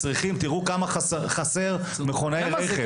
תראו כמה צריכים, כמה חסר מכונאי רכב, פחחות.